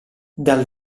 dal